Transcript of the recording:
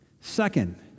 Second